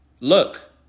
look